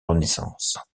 renaissance